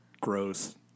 gross